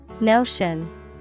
Notion